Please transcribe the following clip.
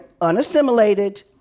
unassimilated